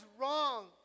wrong